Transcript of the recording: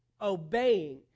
obeying